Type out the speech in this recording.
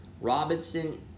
Robinson